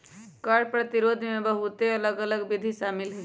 कर प्रतिरोध में बहुते अलग अल्लग विधि शामिल हइ